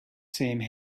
same